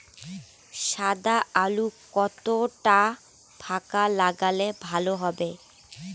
সাদা আলু কতটা ফাকা লাগলে ভালো হবে?